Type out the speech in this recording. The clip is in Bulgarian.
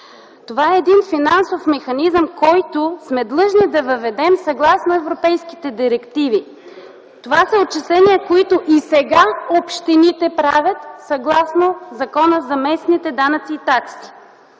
Това е един финансов механизъм, който сме длъжни да въведем съгласно европейските директиви. Това са отчисления, които общините правят и сега съгласно Закона за местните данъци и такси.